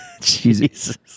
Jesus